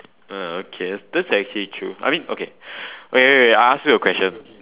uh okay that's actually true I mean okay wait wait I ask you a question